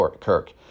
Kirk